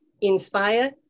inspire